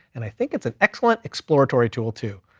and i think it's an excellent exploratory tool too.